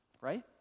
right